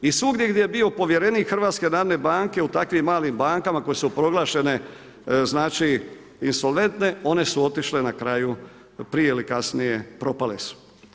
I svugdje gdje je bio povjerenik HNB-a u takvim malim bankama koje su proglašene insolventne one su otišle na kraju prije ili kasnije propale su.